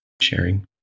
sharing